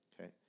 Okay